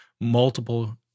Multiple